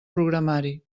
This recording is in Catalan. programari